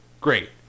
great